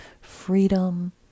freedom